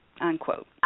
unquote